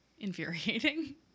infuriating